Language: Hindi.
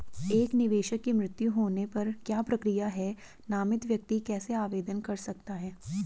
एक निवेशक के मृत्यु होने पर क्या प्रक्रिया है नामित व्यक्ति कैसे आवेदन कर सकता है?